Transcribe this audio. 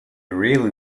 really